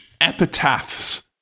epitaphs